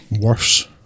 worse